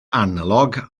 analog